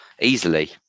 easily